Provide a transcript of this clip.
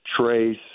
Trace